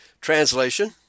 Translation